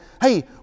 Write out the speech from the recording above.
hey